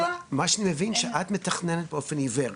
מה שאני מבין, שאת מתכננת באופן עיוור.